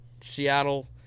Seattle